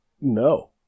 No